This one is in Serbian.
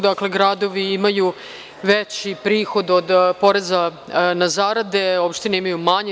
Dakle, gradovi imaju veći prihod od poreza na zarade, a opštine imaju manji.